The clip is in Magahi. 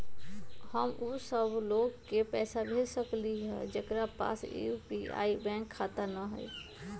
हम उ सब लोग के पैसा भेज सकली ह जेकरा पास यू.पी.आई बैंक खाता न हई?